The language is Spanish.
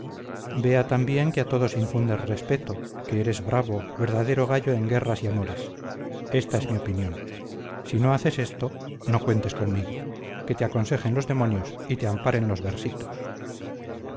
vea también que a todos infundes respeto que eres bravo verdadero gallo en guerras y amores esta es mi opinión si no haces esto no cuentes conmigo que te aconsejen los demonios y te amparen los versitos